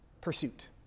pursuit